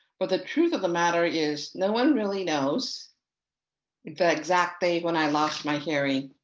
but the truth of the matter is no one really knows the exact date when i lost my hearing.